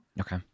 Okay